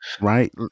Right